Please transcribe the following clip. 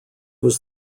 was